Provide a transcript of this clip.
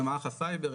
זה מערך הסייבר,